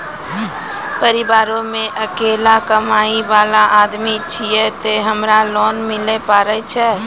परिवारों मे अकेलो कमाई वाला आदमी छियै ते हमरा लोन मिले पारे छियै?